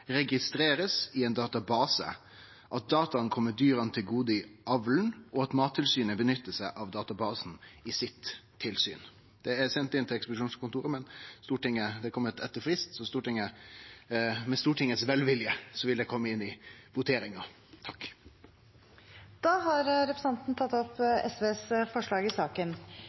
registreres i en database, at dataene kommer dyrene til gode i avlen, og at Mattilsynet benytter seg av databasen i sitt tilsyn.» – Det er sendt inn til ekspedisjonskontoret, men det blei levert etter fristen, men med velvilje frå Stortinget vil det kome med i voteringa. Da har representanten Torgeir Knag Fylkesnes tatt opp de forslag